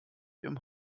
ihrem